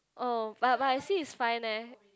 oh but but I see it's fine eh